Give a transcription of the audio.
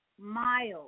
miles